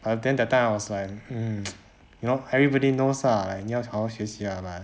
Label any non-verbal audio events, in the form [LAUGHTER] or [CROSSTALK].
I then that time I was like hmm [NOISE] you know everybody knows ah like 你要好好学习 ah but